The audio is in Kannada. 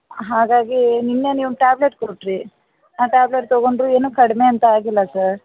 ಹಾಗಾಗಿ ನಿನ್ನೆ ನೀವು ಟ್ಯಾಬ್ಲೆಟ್ ಕೊಟ್ಟಿರಿ ಆ ಟ್ಯಾಬ್ಲೆಟ್ ತಗೊಂಡರು ಏನೂ ಕಡಿಮೆ ಅಂತ ಆಗಿಲ್ಲ ಸರ್